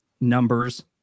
Numbers